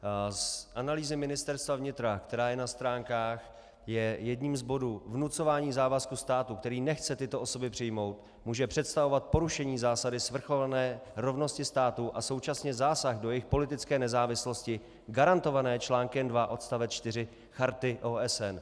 Z analýzy Ministerstva vnitra, která je na stránkách, je jedním z bodů vnucování závazků státu, který nechce tyto osoby přijmout, může představovat porušení zásady svrchované rovnosti států a současně zásah do jejich politické nezávislosti garantované článkem 2 odst. 4 Charty OSN.